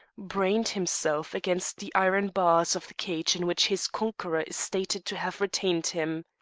brained himself against the iron bars of the cage in which his conqueror is stated to have retained him.